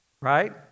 Right